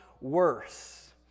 worse